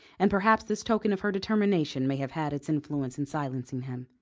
and perhaps this token of her determination may have had its influence in silencing him.